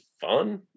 fun